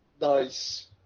Nice